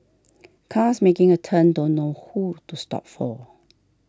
cars making a turn don't know who to stop for